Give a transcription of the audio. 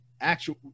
actual